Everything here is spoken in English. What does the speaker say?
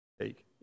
Take